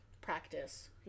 practice